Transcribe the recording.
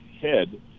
head